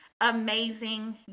amazing